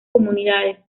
comunidades